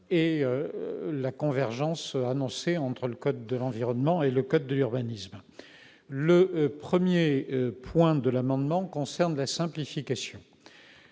de la convergence annoncée entre le code de l'environnement et le code de l'urbanisme. Le premier point de l'amendement concerne la simplification.